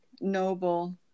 noble